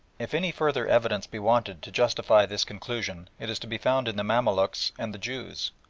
if any further evidence be wanted to justify this conclusion it is to be found in the mamaluks and the jews.